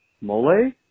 Mole